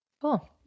Cool